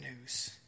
news